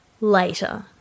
later